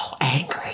angry